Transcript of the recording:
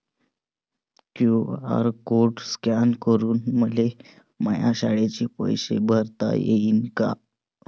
QR code scan करून मले माया शाळेचे पैसे भरता येईन का?